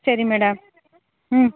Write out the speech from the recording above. ಸರಿ ಮೇಡಮ್ ಹ್ಞೂ